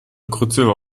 grütze